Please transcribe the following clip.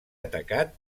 atacat